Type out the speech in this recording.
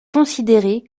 considéré